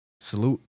salute